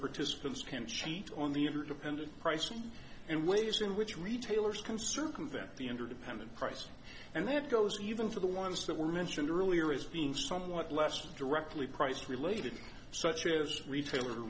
participants can cheat on the interdependent pricing and ways in which retailers conserve convent the interdependent price and that goes even for the ones that were mentioned earlier as being somewhat less directly priced related such as retail